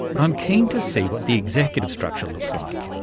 but i'm keen to see what the executive structure looks like.